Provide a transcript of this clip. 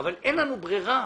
אבל אין לנו ברירה,